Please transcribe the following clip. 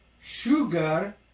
sugar